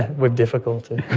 with difficulty.